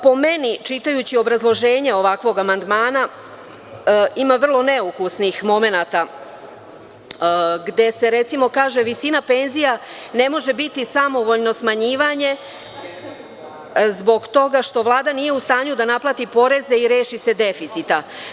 Po meni, čitajući obrazloženje ovakvog amandmana, ima vrlo neukusnih momenata gde se, recimo, kaže – visina penzija ne može biti samovoljno smanjivanje zbog toga što Vlada nije u stanju da naplati poreze i reši se deficita.